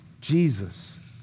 Jesus